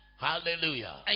Hallelujah